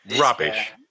Rubbish